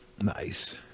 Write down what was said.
Nice